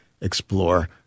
explore